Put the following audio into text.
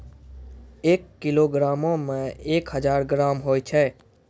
एक किलोग्रामो मे एक हजार ग्राम होय छै